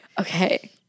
Okay